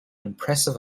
impressive